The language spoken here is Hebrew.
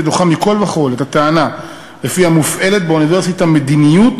ודוחה מכול וכול את הטענה שלפיה מופעלת באוניברסיטה מדיניות